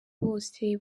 bose